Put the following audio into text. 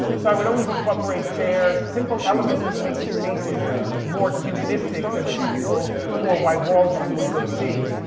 so i would always incorporate chairs, simple elements to make the spaces more humanistic than the typical four white walls that you would go see.